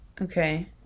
Okay